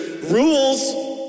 rules